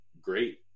great